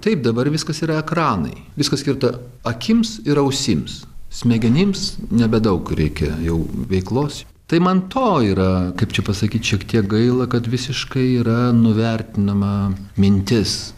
taip dabar viskas yra ekranai viskas skirta akims ir ausims smegenims nebedaug reikia jau veiklos tai man to yra kaip čia pasakyt šiek tiek gaila kad visiškai yra nuvertinama mintis